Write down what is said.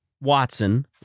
Watson